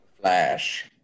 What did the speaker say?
Flash